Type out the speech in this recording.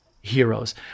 heroes